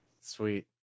sweet